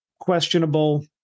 questionable